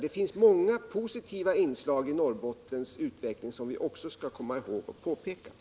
Det finns många positiva inslag i Norrbottens utveckling som vi också skall komma ihåg att peka på.